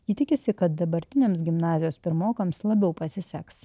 ji tikisi kad dabartiniams gimnazijos pirmokams labiau pasiseks